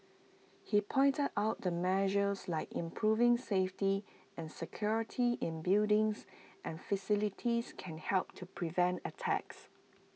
he pointed out that measures like improving safety and security in buildings and facilities can help to prevent attacks